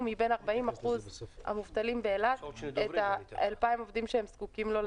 מבין 40% המובטלים באילת את ה-2,000 עובדים שהם זקוקים להם.